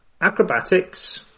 Acrobatics